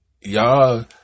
y'all